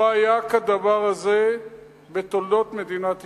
לא היה כדבר הזה בתולדות מדינת ישראל.